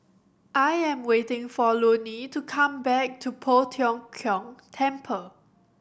I am waiting for Loney to come back to Poh Tiong Kiong Temple